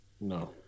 No